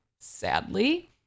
Sadly